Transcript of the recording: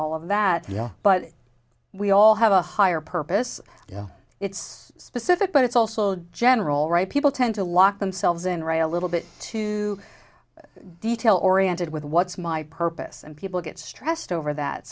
all of that yeah but we all have a higher purpose yeah it's specific but it's also a general right people tend to lock themselves in right a little bit too detail oriented with what's my purpose and people get stressed over that